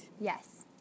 Yes